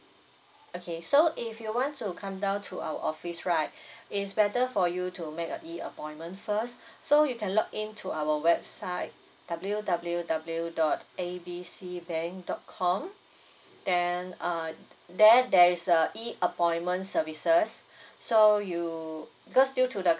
okay so if you want to come down to our office right it's better for you to make an E appointment first so you can log in to our website W W W dot A B C bank dot com then uh th~ there there is a E appointment services so you because due to the